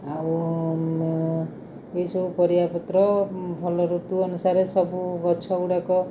ଆଉ ଏସବୁ ପରିବାପତ୍ର ଭଲ ଋତୁ ଅନୁସାରେ ସବୁ ଗଛଗୁଡ଼ାକ